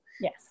Yes